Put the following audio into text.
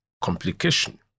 complication